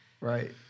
Right